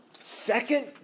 second